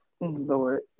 Lord